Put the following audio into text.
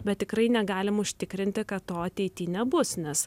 bet tikrai negalim užtikrinti kad to ateity nebus nes